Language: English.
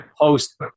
post